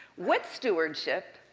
with stewardship,